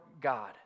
God